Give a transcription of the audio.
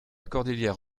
cordillère